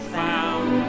found